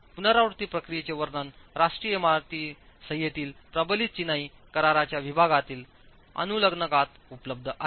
पुनरावृत्ती प्रक्रियेचे वर्णन राष्ट्रीय इमारत संहितेतील प्रबलित चिनाई कराराच्या विभागातील अनुलग्नकात उपलब्ध आहे